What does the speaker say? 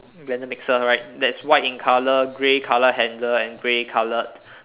blender mixer right that's white in colour grey colour handle grey coloured